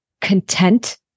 content